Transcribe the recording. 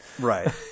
Right